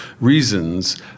reasons